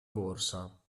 borsa